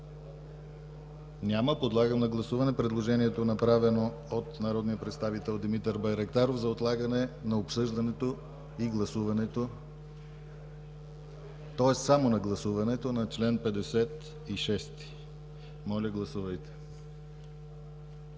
няма. Подлагам на гласуване предложението, направено от народния представител Димитър Байрактаров за отлагане на обсъждането и гласуването, тоест само на гласуването на чл. 56. Моля, гласувайте.